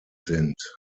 sind